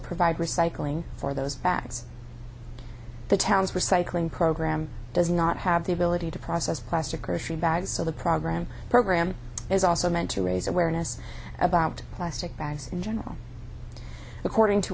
provide recycling for those facts the town's recycling program does not have the ability to process plastic grocery bags so the program program is also meant to raise awareness about plastic bags in general according to